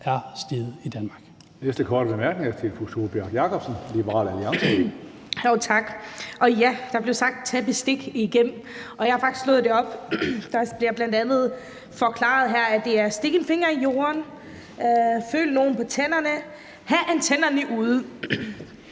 er steget i Danmark.